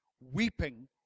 weeping